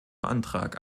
antrag